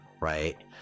right